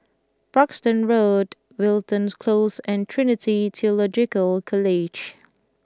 Parkstone Road Wilton Close and Trinity Theological College